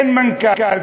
אין מנכ"ל,